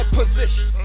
position